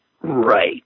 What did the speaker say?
right